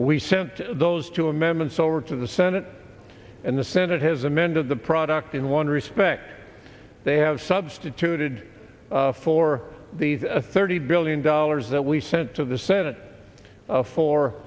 we sent those two amendments over to the senate and the senate has amended the product in one respect they have substituted for these a thirty billion dollars that we sent to the senate for